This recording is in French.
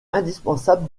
indispensable